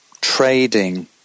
trading